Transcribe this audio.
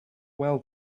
well